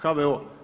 HVO.